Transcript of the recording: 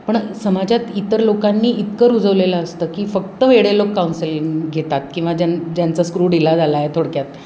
पण समाजात इतर लोकांनी इतकं रुजवलेलं असतं की फक्त वेडे लोक काउन्सिलिंग घेतात किंवा ज्यां ज्यांचा स्क्रू ढिला झाला आहे थोडक्यात